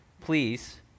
please